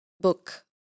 book